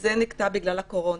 וזה נתקע בגלל הקורונה.